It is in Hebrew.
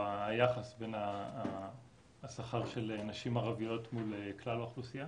היחס בין השכר של נשים ערביות מול כלל האוכלוסייה.